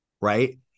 right